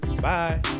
bye